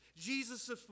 Jesus